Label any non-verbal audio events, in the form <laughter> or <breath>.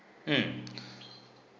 mm <breath>